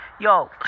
yo